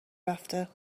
رفته